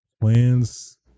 plans